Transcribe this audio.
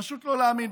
פשוט לא להאמין.